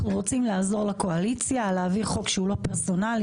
אנחנו רוצים לעזור לקואליציה להעביר חוק שהוא לא פרסונלי,